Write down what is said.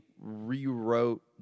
rewrote